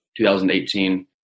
2018